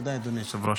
תודה, אדוני היושב-ראש.